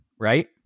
right